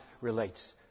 relates